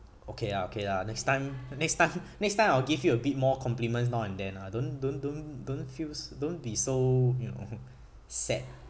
okay lah okay lah next time next time next time I'll give you a bit more compliments now and then ah don't don't don't don't feels don't be so you know sad